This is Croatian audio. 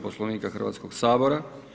Poslovnika Hrvatskoga sabora.